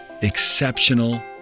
exceptional